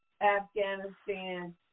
Afghanistan